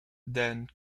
than